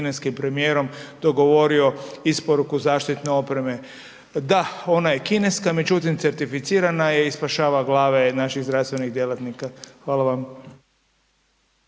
kineskim premijerom dogovorio isporuku zaštitne opreme. Da, ona je kineska. Međutim, certificirana je i spašava glave naših zdravstvenih djelatnika. Hvala vam.